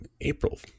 April